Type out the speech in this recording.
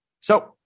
So-